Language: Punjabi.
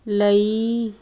ਲਈ